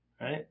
right